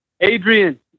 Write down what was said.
Adrian